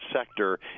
sector